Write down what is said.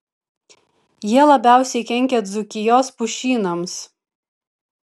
jie labiausiai kenkia dzūkijos pušynams